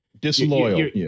Disloyal